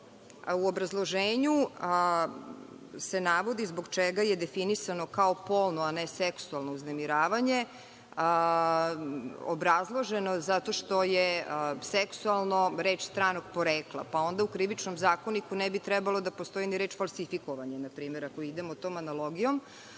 U obrazloženju se navodi zbog čega je definisano kao polno a ne seksualno uznemiravanje. Obrazloženo je – zato što je seksualno reč stranog porekla. Onda u Krivičnom zakoniku ne bi trebala da stoji ni reč – falsifikovanje ako idemo tom analogijom. Imam